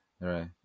right